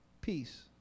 peace